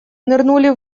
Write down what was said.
нырнули